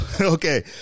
Okay